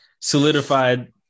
solidified –